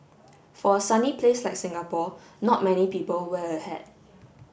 for a sunny place like Singapore not many people wear a hat